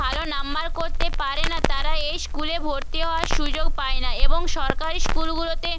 ভালো নম্বর করতে পারে না তারা এই স্কুলে ভর্তি হওয়ার সুযোগ পায় না এবং সরকারি স্কুলগুলোতে